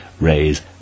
raise